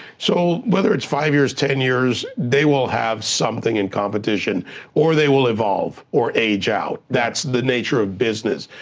so whether it's five years, ten years, they will have something in competition or they will evolve or age out. that's the nature of business,